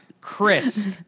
crisp